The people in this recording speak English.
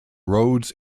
roads